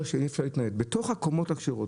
בתוך הקומות הכשרות